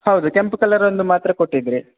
ಹೌದು ಕೆಂಪು ಕಲರ್ ಒಂದು ಮಾತ್ರೆ ಕೊಟ್ಟಿದ್ದಿರಿ